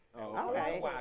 Okay